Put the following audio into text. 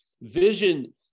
Vision